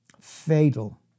fatal